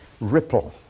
ripple